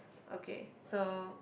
okay so